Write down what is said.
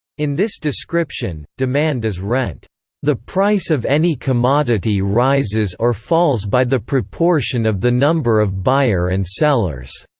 in this description, demand is rent the price of any commodity rises or falls by the proportion of the number of buyer and sellers